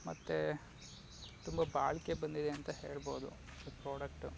ಮತ್ತು ತುಂಬ ಬಾಳಿಕೆ ಬಂದಿದೆ ಅಂತ ಹೇಳ್ಬೋದು ಈ ಪ್ರೊಡಕ್ಟು